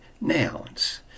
nouns